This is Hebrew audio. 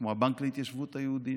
כמו הבנק להתיישבות היהודית